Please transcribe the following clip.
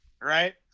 Right